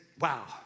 Wow